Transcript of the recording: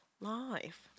life